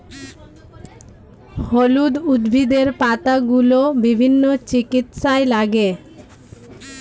হলুদ উদ্ভিদের পাতাগুলো বিভিন্ন চিকিৎসায় লাগে